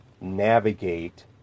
navigate